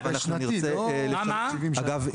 אגב,